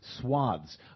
swaths